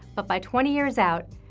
but by twenty years out,